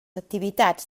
activitats